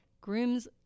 Groom's